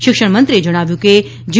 શિક્ષણમંત્રીએ જણાવ્યું કે જી